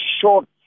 short